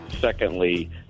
Secondly